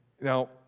Now